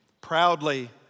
proudly